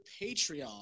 Patreon